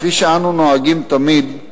כפי שאנו נוהגים תמיד,